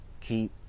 keep